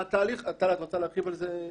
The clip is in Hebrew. טל, את רוצה להרחיב על זה?